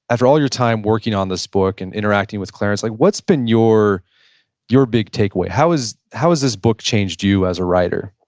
after all your time working on this book and interacting with clarence, like what's been your your big takeaway? how has how has this book changed you as a writer?